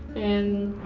and